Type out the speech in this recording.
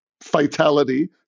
fatality